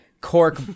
cork